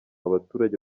abaturage